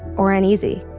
or uneasy.